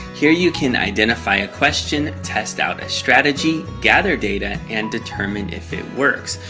here you can identify a question, test out a strategy, gather data, and determine if it works.